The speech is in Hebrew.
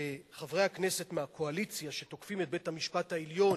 וחברי הכנסת מהקואליציה שתוקפים את בית-המשפט העליון,